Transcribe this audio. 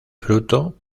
fruto